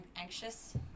anxious